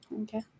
Okay